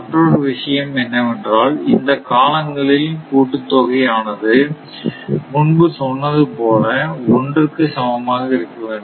மற்றொரு விஷயம் என்னவென்றால் இந்த காலங்களில் கூட்டுத்தொகை ஆனது முன்பு சொன்னது போல ஒன்றுக்கு சமமாக இருக்க வேண்டும்